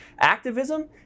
Activism